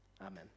Amen